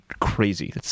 crazy